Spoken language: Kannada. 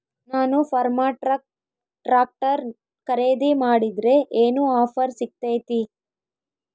ನಾನು ಫರ್ಮ್ಟ್ರಾಕ್ ಟ್ರಾಕ್ಟರ್ ಖರೇದಿ ಮಾಡಿದ್ರೆ ಏನು ಆಫರ್ ಸಿಗ್ತೈತಿ?